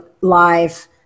live